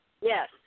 Yes